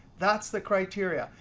that's the criteria.